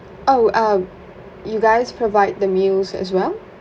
oh uh you guys provide the meals as well